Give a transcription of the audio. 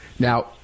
Now